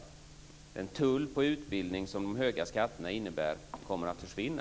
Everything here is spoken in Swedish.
Den tull på utbildning som de höga skatterna innebär kommer att försvinna.